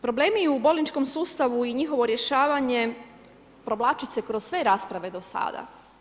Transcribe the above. Problemi u bolničkom sustavu i njihovo rješavanje provlači se kroz sve rasprave do sada.